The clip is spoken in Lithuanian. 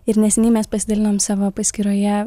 ir neseniai mes pasidalinom savo paskyroje